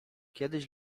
kiedyś